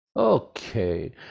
Okay